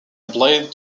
applied